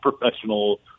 professional